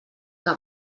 que